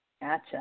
Gotcha